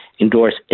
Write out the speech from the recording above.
endorse